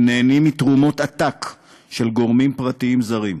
הם נהנים מתרומות עתק של גורמים פרטיים זרים,